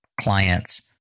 clients